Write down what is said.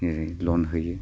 ओरै ल'न होयो